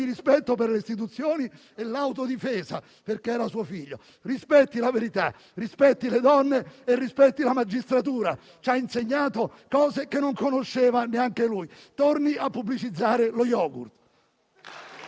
rispetto per le istituzioni e l'autodifesa, perché era suo figlio. Rispetti la verità, rispetti le donne e rispetti la magistratura. Ci ha insegnato cose che non conosceva neanche lui, torni a pubblicizzare lo yogurt.